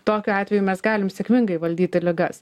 tokiu atveju mes galim sėkmingai valdyti ligas